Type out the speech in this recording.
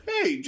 Hey